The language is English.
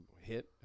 hit